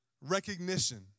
recognition